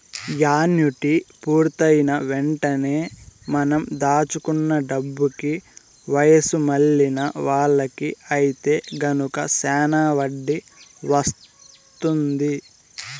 annuity పూర్తయిన వెంటనే మనం దాచుకున్న డబ్బుకి వయసు మళ్ళిన వాళ్ళకి ఐతే గనక శానా వడ్డీ వత్తుంది